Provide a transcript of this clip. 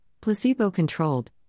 placebo-controlled